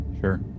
Sure